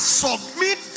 submit